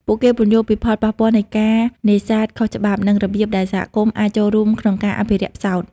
ពួកគេពន្យល់ពីផលប៉ះពាល់នៃការនេសាទខុសច្បាប់ និងរបៀបដែលសហគមន៍អាចចូលរួមក្នុងការអភិរក្សផ្សោត។